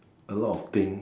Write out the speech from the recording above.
a lot of things